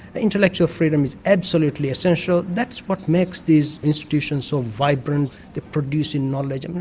intellectual freedom is absolutely essential. that's what makes these institutions so vibrant they're producing knowledge. i mean,